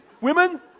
women